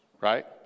right